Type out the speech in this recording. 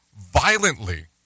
violently –